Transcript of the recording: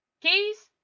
keys